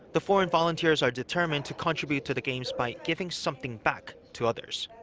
the foreign volunteers are determined to contribute to the games by giving something back to others.